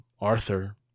Arthur